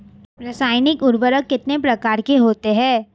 रासायनिक उर्वरक कितने प्रकार के होते हैं?